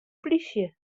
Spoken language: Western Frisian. polysje